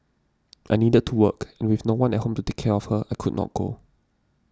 I needed to work and with no one at home to take care of her I could not go